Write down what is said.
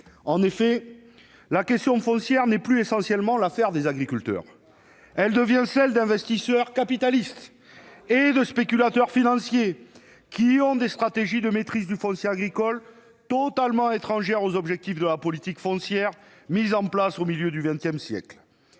En effet, la question foncière n'est plus essentiellement l'affaire des agriculteurs ; elle devient celle d'investisseurs capitalistes et de spéculateurs financiers dont les stratégies de maîtrise du foncier agricole sont totalement étrangères aux objectifs de la politique foncière mise en place au milieu du XX siècle.